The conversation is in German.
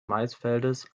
maisfeldes